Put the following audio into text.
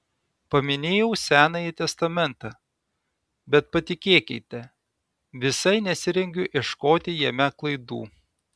paminėjau senąjį testamentą bet patikėkite visai nesirengiu ieškoti jame klaidų